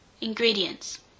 ingredients